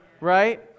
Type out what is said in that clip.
right